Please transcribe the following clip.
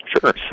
Sure